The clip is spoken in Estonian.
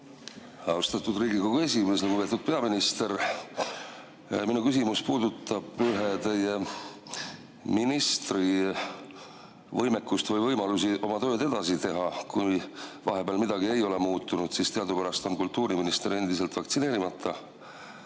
Austatud Riigikogu esimees! Lugupeetud peaminister! Minu küsimus puudutab ühe teie ministri võimekust või võimalusi oma tööd edasi teha. Kui vahepeal midagi ei ole muutunud, siis teadupärast on kultuuriminister endiselt vaktsineerimata.